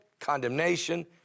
condemnation